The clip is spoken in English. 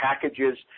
packages